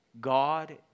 God